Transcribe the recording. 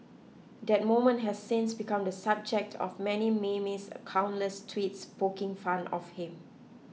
that moment has since become the subject of many memes and countless tweets poking fun of him